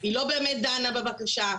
היא לא באמת דנה בבקשה.